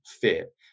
fit